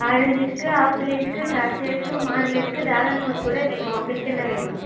orange இருக்குது apple இருக்குது திராட்சை இருக்குது மாதுளை இருக்குது டிராகன் ஃபுரூட்டு கூட இருக்கும்மா உங்களுக்கு என்ன வேணும்